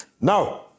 Now